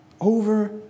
over